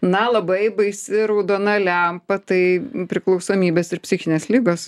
na labai baisi raudona lempa tai priklausomybės ir psichinės ligos